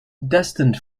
destined